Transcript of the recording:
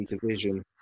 division